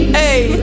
hey